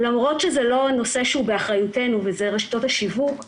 למרות שזה לא הנושא שהוא באחריותנו ואלה רשתות השיווק,